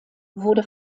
wurde